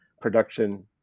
production